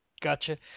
gotcha